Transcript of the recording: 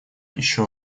еще